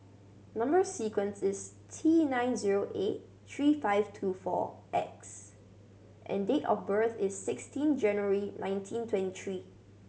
number sequence is T nine zero eight three five two four X and date of birth is sixteen January nineteen twenty three